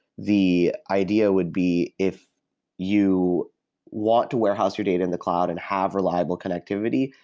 the idea would be if you want to warehouse your data in the cloud and have reliable connectivity,